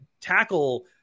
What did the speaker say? tackle